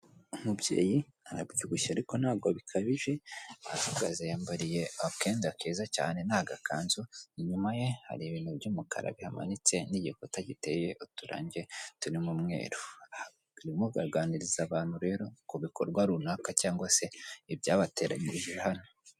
Umubyeyi arabyibushye ariko ntabwo bikabije arahagaze yiyambariye akenda keza cyane n'agakanzu, inyuma ye hari ibintu by'umukara bimanitse n'igikuta giteye uturangi turirimo mweru arimo araganize abantu rero ku bikorwa runaka cyangwa se ibyabateranyirije hano.